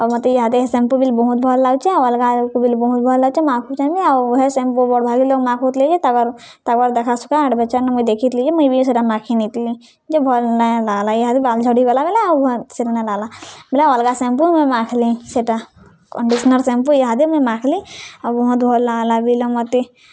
ଆଉ ମତେ ଇହାଦେ ହେ ସାମ୍ପୁ ବି ବହୁତ୍ ଭଲ୍ ଲାଗୁଛେ ଆଉ ଅଲ୍ଗା ଲୋକ୍କୁ ବି ବହୁତ୍ ଭଲ୍ ଲାଗୁଛେ ମାଖୁଛନ୍ ବି ଆଉ ହେ ସାମ୍ପୁ ବଡ଼ଭାଗି ଲୋକ୍ ମାଖୁଥିଲେ ଯେ ତାଙ୍କର୍ ତାଙ୍କର୍ ଦେଖାସୁଖା ଆଡ଼ଭେର୍ଟାଇଜ୍ବି ମୁଇଁ ଦେଖିଥିଲି ଯେ ମୁଇଁ ବି ସେଟା ମାଖି ନେଇଥିଲି ଯେ ଭଲ୍ ନାଇଁ ଲାଗ୍ଲା ଇହାଦେ ବାଲ୍ ଝଡ଼ିଗଲା ବେଲେ ଆଉ ସେଟା ନାଇଁ ଲାଗ୍ଲା ବେଲେ ଅଲ୍ଗା ସାମ୍ପୁ ମୁଇଁ ମାଖ୍ଲି ସେଟା କଣ୍ଡିସନର୍ ସାମ୍ପୁ ଏହା ମୁଇଁ ମାଖ୍ଲି ଆଉ ବହୁତ୍ ଭଲ୍ ଲାଗ୍ଲା ବି ମତେ